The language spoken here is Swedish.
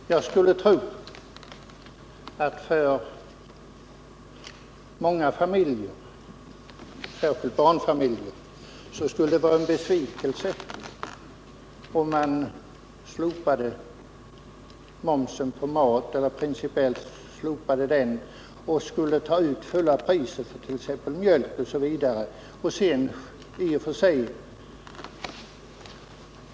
Herr talman! Jag skulle tro att det för många familjer, särskilt för barnfamiljerna, skulle innebära en besvikelse om man principiellt slopade momsen på mat och i stället tog ut fulla priset på t.ex. mjölk och sådana varor.